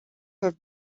have